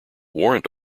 warrant